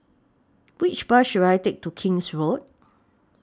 Which Bus should I Take to King's Road